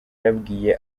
yabwiye